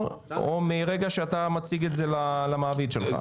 או מרגע שאתה מציג את זה למעביד שלך?